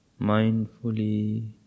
mindfully